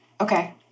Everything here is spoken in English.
okay